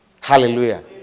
Hallelujah